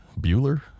Bueller